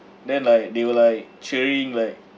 the like they were like cheering like